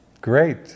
Great